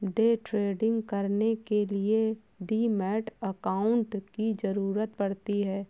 day trading करने के लिए डीमैट अकांउट की जरूरत पड़ती है